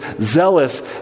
zealous